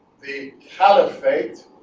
the caliphate